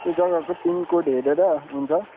जग्गाको पिनकोड हेरेर हुन्छ